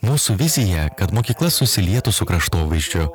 mūsų vizija kad mokykla susilietų su kraštovaizdžiu